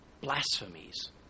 blasphemies